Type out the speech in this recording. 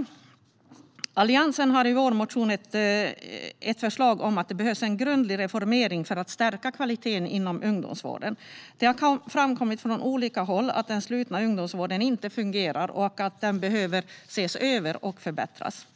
I Alliansens motion har vi ett förslag om att det behövs en grundlig reformering för att stärka kvaliteten inom ungdomsvården. Det har framkommit från olika håll att den slutna ungdomsvården inte fungerar och att den behöver ses över och förbättras.